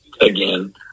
again